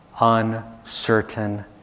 uncertain